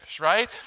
right